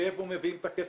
מאיפה מביאים את הכסף.